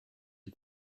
you